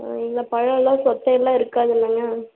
ம் இல்லை பழம் எல்லாம் சொத்தையெல்லாம் இருக்காதில்லங்க